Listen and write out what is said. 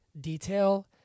detail